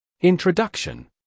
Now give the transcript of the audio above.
Introduction